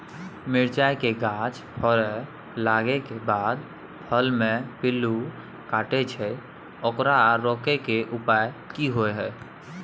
मिरचाय के गाछ फरय लागे के बाद फल में पिल्लू काटे छै ओकरा रोके के उपाय कि होय है?